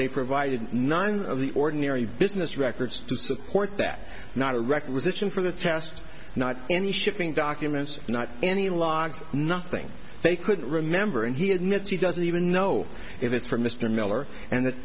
they provided none of the ordinary business records to support that not a requisition for the test not any shipping documents not any logs nothing they couldn't remember and he admits he doesn't even know if it's from mr miller and th